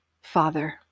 Father